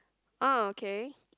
ah okay